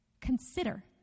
Consider